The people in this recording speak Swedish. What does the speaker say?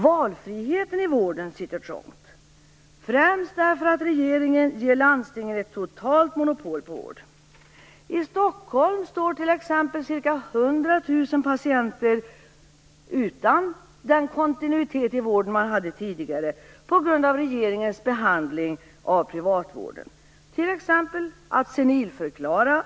Valfriheten i vården sitter trångt, främst därför att regeringen ger landstingen ett totalt monopol på vård. I Stockholm står 100 000 patienter utan den kontinuitet i vården som man hade tidigare, på grund av regeringens behandling av privatvården.